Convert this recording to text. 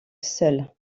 seul